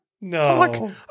no